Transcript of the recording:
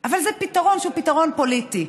אבל זה פתרון שהוא פתרון פוליטי,